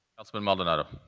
councilman maldonado.